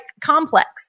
complex